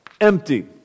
empty